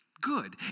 Good